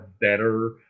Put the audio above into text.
better